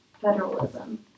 federalism